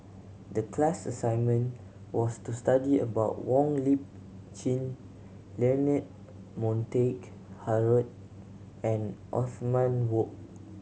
the class assignment was to study about Wong Lip Chin Leonard Montague Harrod and Othman Wok